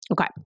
Okay